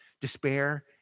despair